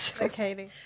okay